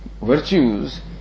virtues